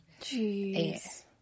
Jeez